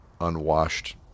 unwashed